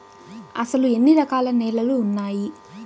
అసలు ఎన్ని రకాల నేలలు వున్నాయి?